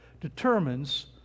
determines